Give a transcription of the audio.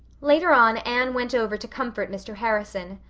later on anne went over to comfort mr. harrison.